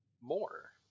more